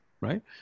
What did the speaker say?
right